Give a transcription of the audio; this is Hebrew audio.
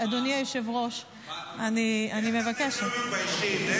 אדוני היושב-ראש, אני מבקשת, איך אתם לא מתביישים?